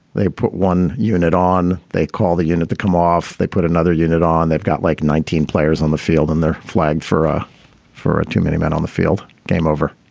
they put one unit on. they call the unit come off. they put another unit on they've got like nineteen players on the field and they're flagged for a for a two minute man on the field. game over.